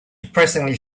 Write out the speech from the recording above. depressingly